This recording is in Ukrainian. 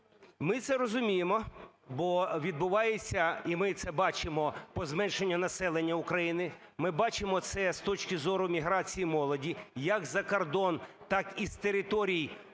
Ми це розуміємо, бо відбувається, і ми це бачимо по зменшенню населення України, ми бачимо це з точки зору міграції молоді як за кордон, так і з територій півдня